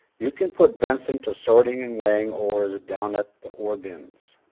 you can put benson to sorting and weighing ores down at the ore-bins.